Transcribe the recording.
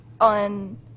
on